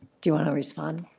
do you want to respond?